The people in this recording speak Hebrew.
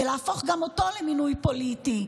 ולהפוך גם אותו למינוי פוליטי,